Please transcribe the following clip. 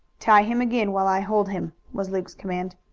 tie him again while i hold him, was luke's command.